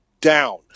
down